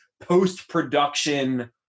post-production